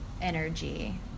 energy